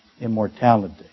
immortality